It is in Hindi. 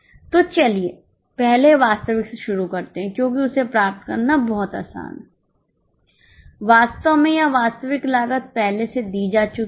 तो चलिए पहले वास्तविक से शुरू करते हैं क्योंकि उसे प्राप्त करना बहुत आसान है वास्तव में यहां वास्तविक लागत पहले ही दी जा चुकी है